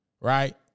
right